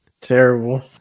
Terrible